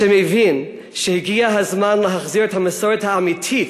שמבין שהגיע הזמן להחזיר את המסורת האמיתית